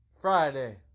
friday